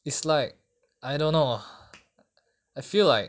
it's like I don't know I feel like